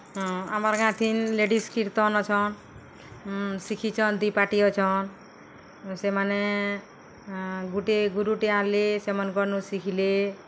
ହଁ ଆମର୍ ଗାଁଥି ଲେଡିସ୍ କୀର୍ତ୍ତନ୍ ଅଛନ୍ ଶିଖିଛନ୍ ଦିପାର୍ଟି ଅଛନ୍ ସେମାନେ ଗୁଟେ ଗୁରୁଟେ ଆନ୍ଲେ ସେମାନେ ସେ ମନ୍କର୍ନୁ ଶିଖ୍ଲେ